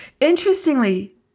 Interestingly